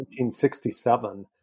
1967